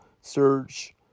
search